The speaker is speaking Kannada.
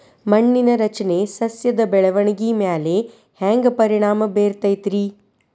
ಮಣ್ಣಿನ ರಚನೆ ಸಸ್ಯದ ಬೆಳವಣಿಗೆ ಮ್ಯಾಲೆ ಹ್ಯಾಂಗ್ ಪರಿಣಾಮ ಬೇರತೈತ್ರಿ?